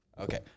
Okay